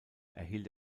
erhielt